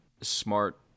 smart